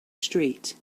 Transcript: street